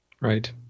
right